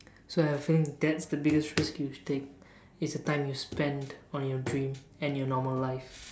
so I have a feeling that's the biggest risk you'll take is the time you spend on your dream and your normal life